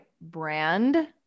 brand